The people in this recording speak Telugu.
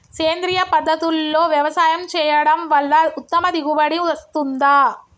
సేంద్రీయ పద్ధతుల్లో వ్యవసాయం చేయడం వల్ల ఉత్తమ దిగుబడి వస్తుందా?